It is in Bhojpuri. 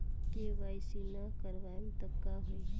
के.वाइ.सी ना करवाएम तब का होई?